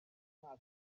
mwaka